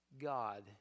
God